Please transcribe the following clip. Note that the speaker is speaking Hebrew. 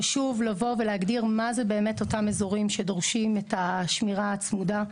חשוב לבוא ולהגדיר מה הם באמת אותם אזורים שדורשים את השמירה הצמודה,